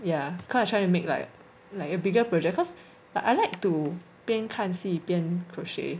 yeah cause I'm trying to make like like a bigger project cause but I like to 边看戏边 crochet